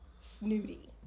snooty